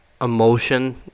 emotion